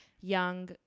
young